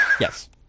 Yes